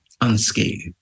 unscathed